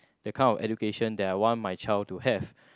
that kind of education that I want my child to have